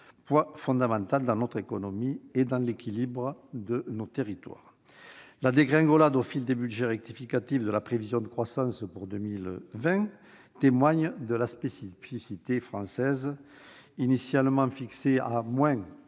poids est fondamental pour notre économie et l'équilibre de nos territoires ? La dégringolade, au fil des budgets rectificatifs, de la prévision de croissance pour 2020 témoigne de la spécificité française. Alors qu'elle